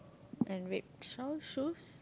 and red shawl shoes